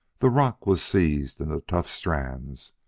the rock was seized in the tough strands,